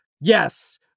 Yes